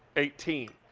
eighteen.